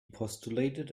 postulated